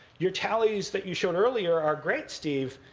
your tallies that you showed earlier are great, steve.